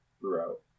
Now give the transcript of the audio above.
throughout